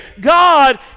God